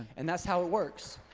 and that's how it works.